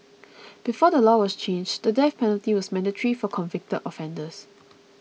before the law was changed the death penalty was mandatory for convicted offenders